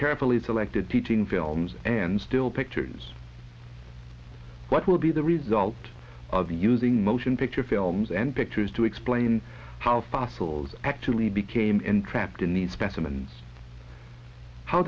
carefully selected teaching films and still pictures what will be the result of using motion picture films and pictures to explain how fossils actually became entrapped in these specimens how